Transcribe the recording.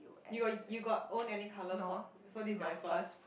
you got you got own any color pop so this is your first